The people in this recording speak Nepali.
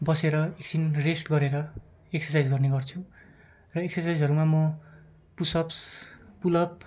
बसेर एकछिन रेस्ट गरेर एकसरसाइज गर्ने गर्छु र एकसरसाइजहरूमा म पुसअप पुलअप